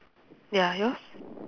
ya yours